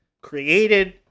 created